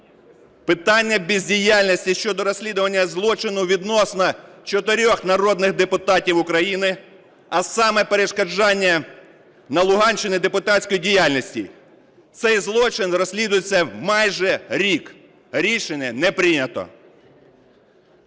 питання бездіяльності щодо розслідування злочину відносно чотирьох народних депутатів України, а саме перешкоджання на Луганщині депутатській діяльності. Цей злочин розслідується майже рік. Рішення не прийнято.